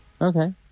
Okay